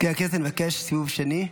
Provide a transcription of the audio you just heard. מזכיר הכנסת, אני מבקש סיבוב שני.